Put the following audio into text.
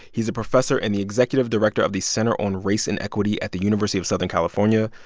he's a professor and the executive director of the center on race and equity at the university of southern california.